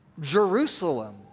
Jerusalem